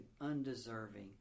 undeserving